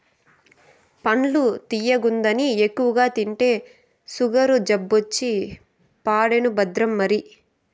పండు తియ్యగుందని ఎక్కువగా తింటే సుగరు జబ్బొచ్చి పడేను భద్రం మరి